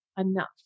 enough